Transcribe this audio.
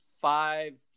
five